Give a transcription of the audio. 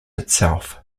itself